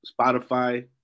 Spotify